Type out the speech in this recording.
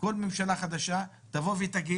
כל ממשלה חדשה תגיד: